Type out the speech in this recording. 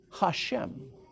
Hashem